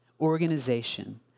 organization